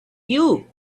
you